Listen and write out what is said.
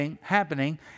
happening